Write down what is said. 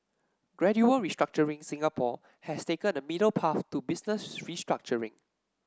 gradual restructuring Singapore has taken a middle path to business restructuring